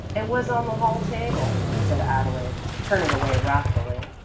it was on the hall table, said adelaide, turning away wrathfully.